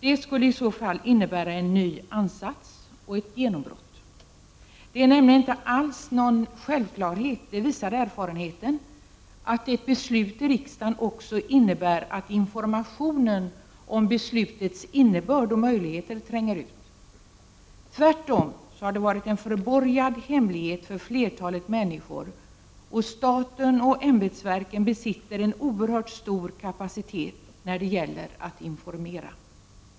Detta skulle i så fall innebära en ny ansats och ett genombrott. Det är nämligen inte alls någon självklarhet, det visar erfarenheten, att ett beslut i riksdagen också innebär att informationen om beslutets innebörd och möjligheter tränger ut till allmänheten. Tvärtom har det varit en förborgad hemlighet för flertalet människor. Staten och ämbetsverken besitter en oerhört stor kapacitet när det gäller att informera.